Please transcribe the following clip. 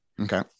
okay